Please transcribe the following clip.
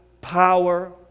power